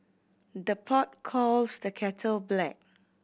the pot calls the kettle black